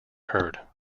heard